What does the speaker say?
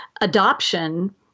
adoption